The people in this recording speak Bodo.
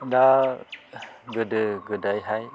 दा गोदो गोदायहाय